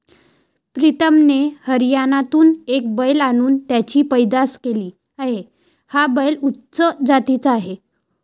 प्रीतमने हरियाणातून एक बैल आणून त्याची पैदास केली आहे, हा बैल उच्च जातीचा आहे